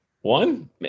one